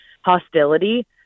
hostility